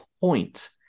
point